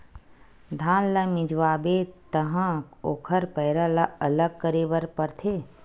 धान ल मिंजवाबे तहाँ ओखर पैरा ल अलग करे बर परथे